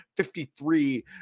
53